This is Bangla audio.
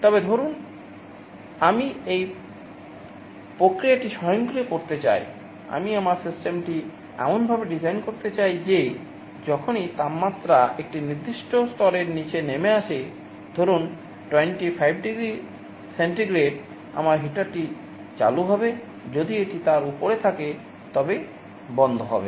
তবে ধরুন আমি এই প্রক্রিয়াটি স্বয়ংক্রিয় করতে চাই আমি আমার সিস্টেমটি এমনভাবে ডিজাইন করতে চাই যে যখনই তাপমাত্রা একটি নির্দিষ্ট স্তরের নীচে নেমে আসে ধরুন 25 ডিগ্রি সেন্টিগ্রেড আমার হিটারটি চালু হবে যদি এটি তার উপরে থাকে তবে বন্ধ হবে